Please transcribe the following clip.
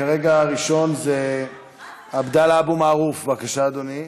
כרגע הראשון זה עבדאללה אבו מערוף, בבקשה, אדוני.